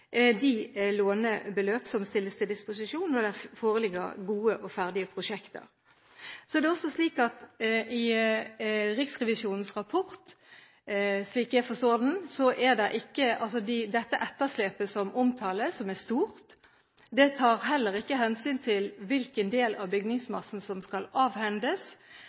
de lånebeløp som stilles til disposisjon når det foreligger gode og ferdige prosjekter. Riksrevisjonens rapport, slik jeg forstår den – når det gjelder dette etterslepet som omtales, som er stort – tar heller ikke hensyn til hvilken del av bygningsmassen som skal avhendes,